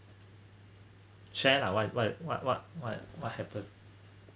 chan ah like what what what what what happen